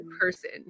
person